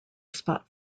spot